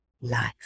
life